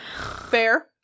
fair